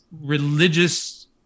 religious